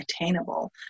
attainable